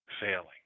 failing